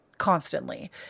constantly